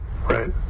Right